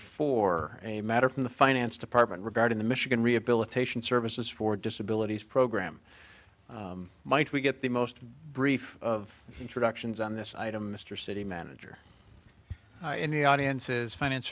four a matter from the finance department regarding the michigan rehabilitation services for disability program might we get the most brief of introductions on this item mr city manager in the audience is finance